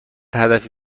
هدفی